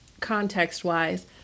context-wise